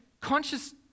conscious